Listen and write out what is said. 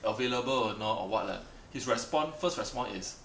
available or not or what leh his response first response is